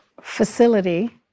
facility